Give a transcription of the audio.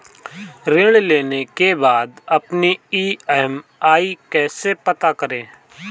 ऋण लेने के बाद अपनी ई.एम.आई कैसे पता करें?